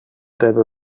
debe